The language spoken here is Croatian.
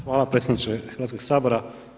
Hvala predsjedniče Hrvatskog sabora.